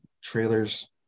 trailers